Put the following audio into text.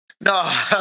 No